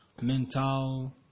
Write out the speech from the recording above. mental